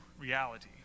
reality